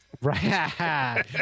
Right